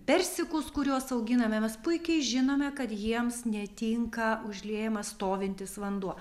persikus kuriuos auginame mes puikiai žinome kad jiems netinka užliejamas stovintis vanduo